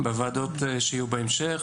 בוועדות שיהיו בהמשך,